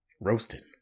Roasted